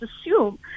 assume